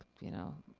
you know,